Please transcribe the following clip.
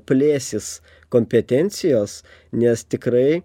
plėsis kompetencijos nes tikrai